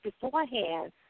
beforehand